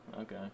Okay